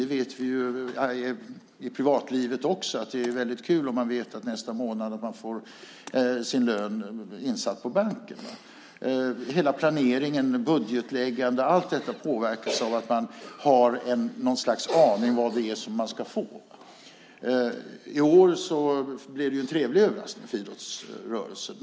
Det vet vi i privatlivet också. Det är väldigt kul om man vet att man nästa månad får sin lön insatt på banken. Hela planeringen och budgetläggandet - allt detta - påverkas av att man har någon aning om vad det är man ska få. I år blev det ju en trevlig överraskning för idrottsrörelsen.